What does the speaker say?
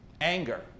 Anger